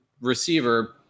receiver